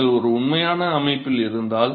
நீங்கள் ஒரு உண்மையான அமைப்பில் இருந்தால்